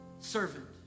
servant